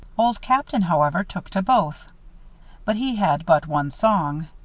old captain, however, took to both but he had but one song.